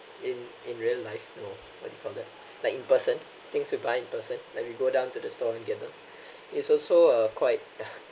in in real life you know what do you call that like in person things we buy in person then we go down to the store and get them it's also uh quite